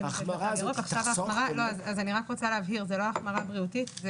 ההחמרה הזאת היא לא החמרה בריאותית אלא זה